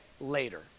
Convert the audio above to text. later